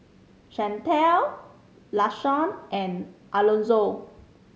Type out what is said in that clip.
Shantell Lashawn and Alonzo